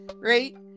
right